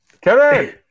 Kevin